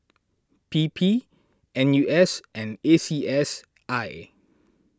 P P N U S and A C S I